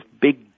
big